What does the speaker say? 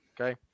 Okay